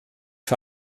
für